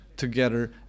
together